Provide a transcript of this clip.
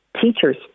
teachers